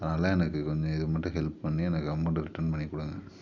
அதனால் எனக்கு கொஞ்சம் இது மட்டும் ஹெல்ப் பண்ணி எனக்கு அமௌண்டை ரிட்டன் பண்ணிக் கொடுங்க